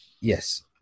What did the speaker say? Yes